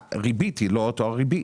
הריבית היא לא אותה ריבית.